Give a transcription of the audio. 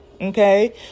okay